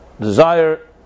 desire